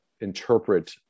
interpret